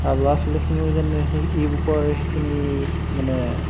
আৰু ল'ৰা ছোৱালীখিনিও যেন সেই ই বুকৰ সেইখিনি মানে